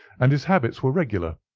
and his habits were regular.